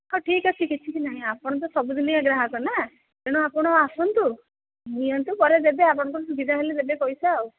ହଉ ଠିକ୍ ଅଛି କିଛି ବି ନାହିଁ ଆପଣ ତ ସବୁଦିନିଆ ଗ୍ରାହକ ନା ତେଣୁ ଆପଣ ଆସନ୍ତୁ ନିଅନ୍ତୁ ପରେ ଦେବେ ଆପଣ ତ ସୁବିଧା ହେଲେ ଦେବେ ପଇସା ଆଉ